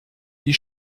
die